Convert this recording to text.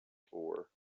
for